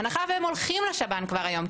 בהנחה שהם הולכים לשב"ן כבר היום,